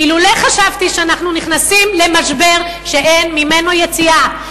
אילולא חשבתי שאנחנו נכנסים למשבר שאין ממנו יציאה.